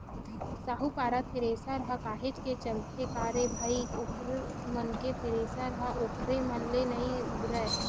साहूपारा थेरेसर ह काहेच के चलथे का रे भई ओखर मन के थेरेसर ह ओखरे मन ले नइ उबरय